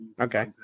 Okay